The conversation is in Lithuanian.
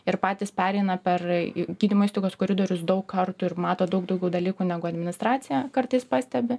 ir patys pereina per gydymo įstaigos koridorius daug kartų ir mato daug daugiau dalykų negu administracija kartais pastebi